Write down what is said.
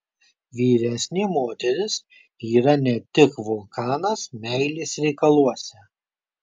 vyresnė moteris yra ne tik vulkanas meilės reikaluose